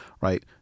right